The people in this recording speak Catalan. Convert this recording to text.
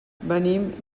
venim